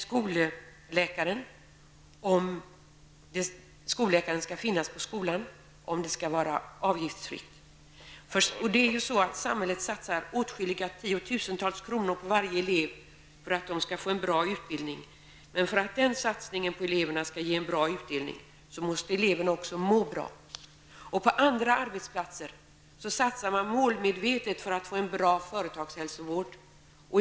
Skall det finnas skolläkare på skolan? Skall det vara avgiftsfritt att anlita honom? Samhället satsar åtskilliga tiotusentals kronor på varje elev för att ge eleverna en bra utbildning. För att denna satsning skall ge en bra utdelning måste eleverna också må bra. På andra arbetsplatser satsas det målmedvetet för att åstadkomma en bra företagshälsovård.